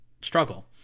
struggle